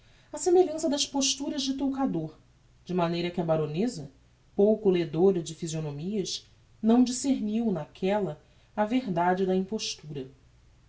á semelhança das posturas de toucador de maneira que a baroneza pouco ledora de physionomias não discerniu naquella a verdade da impostura